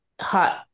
hot